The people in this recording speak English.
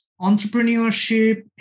entrepreneurship